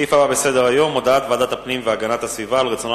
הסעיף הבא בסדר-היום: הודעת ועדת הפנים והגנת הסביבה על רצונה